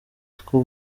two